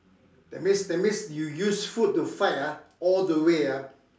that means that means you use food to fight ah all the way ah